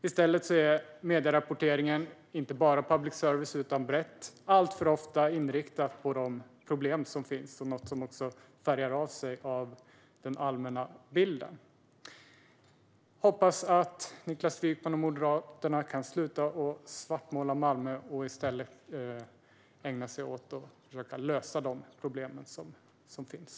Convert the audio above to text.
I stället är medierapporteringen, inte bara i public service utan brett, alltför ofta inriktad på de problem som finns, vilket också färgar av sig på den allmänna bilden. Jag hoppas att Niklas Wykman och Moderaterna kan sluta svartmåla Malmö och i stället ägna sig åt att försöka lösa de problem som finns.